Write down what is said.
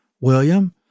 William